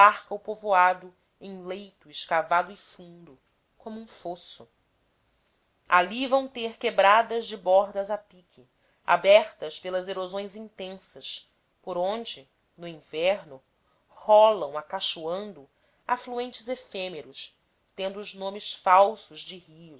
o povoado em leito escavado e fundo como um fosso ali vão ter quebradas de bordas a pique abertas pelas erosões intensas por onde no inverno rolam acachoando afluentes efêmeros tendo os nomes falsos de rios